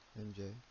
MJ